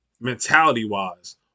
mentality-wise